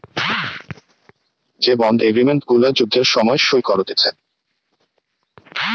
যে bond agreement গুলা যুদ্ধের সময় সই করতিছে